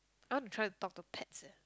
I wanna try talk to pets eh